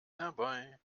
herbei